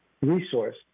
resource